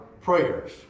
prayers